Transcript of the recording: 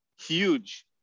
huge